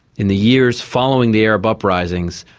in the years following the arab uprisings,